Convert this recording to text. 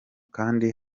kandi